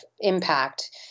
impact